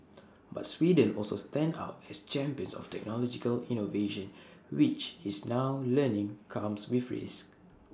but Sweden also stands out as A champion of technological innovation which it's now learning comes with risks